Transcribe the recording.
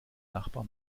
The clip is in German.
nachbar